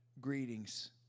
greetings